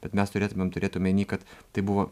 bet mes turėtumėm turėt omenyje kad tai buvo